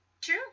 True